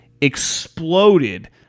exploded